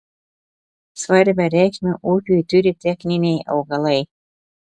svarbią reikšmę ūkiui turi techniniai augalai